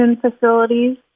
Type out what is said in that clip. facilities